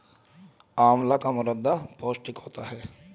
आंवला का मुरब्बा पौष्टिक होता है